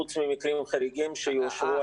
חוץ ממקרים חריגים שיאושרו.